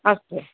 अस्तु अस्तु